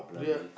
yup